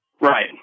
Right